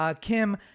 Kim